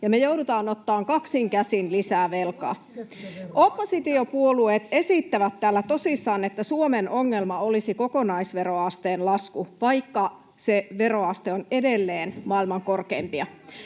velkaa. [Jussi Saramo: Laskette veroja!] Oppositiopuolueet esittävät täällä tosissaan, että Suomen ongelma olisi kokonaisveroasteen lasku, vaikka se veroaste on edelleen maailman korkeimpia.